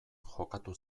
jokatu